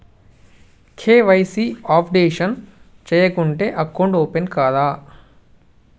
KYC updation చేయకుంటే account open కాదా?